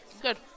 Good